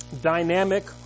dynamic